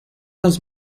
los